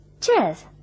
Cheers